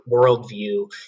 worldview